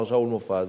מר שאול מופז,